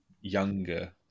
younger